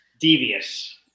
Devious